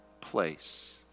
place